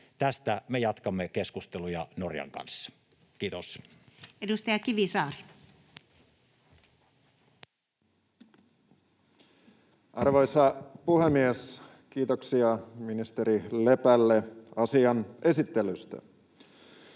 Tästä me jatkamme keskusteluja Norjan kanssa. — Kiitos. Edustaja Kivisaari. Arvoisa puhemies! Kiitoksia ministeri Lepälle asian esittelystä.